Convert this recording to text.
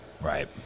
Right